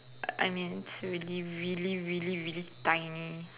I mean really really really really tiny